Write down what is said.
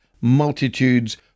multitudes